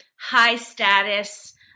high-status